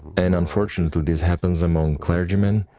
and unfortunately, this happens among clergymen,